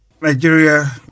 Nigeria